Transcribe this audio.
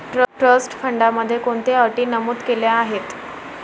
Trust फंडामध्ये कोणत्या अटी नमूद केल्या आहेत?